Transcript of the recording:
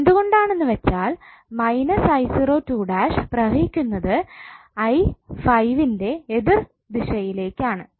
എന്തുകൊണ്ടാണ് വെച്ചാൽ −𝑖0′′ പ്രവഹിക്കുന്നത് 𝑖5 ന്റെ എതിർദിശയിലേക്ക് ആണ്